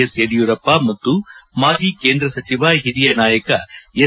S Yediyurappa ಮತ್ತು ಮಾಜಿ ಕೇಂದ್ರ ಸಚಿವ ಹಿರಿಯ ನಾಯಕ ಎಸ್